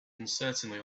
uncertainly